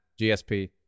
GSP